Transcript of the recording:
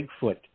Bigfoot